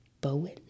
bowen